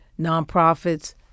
nonprofits